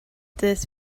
this